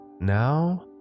now